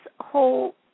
whole